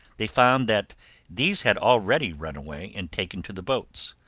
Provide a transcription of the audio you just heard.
they found that these had already run away, and taken to the boats.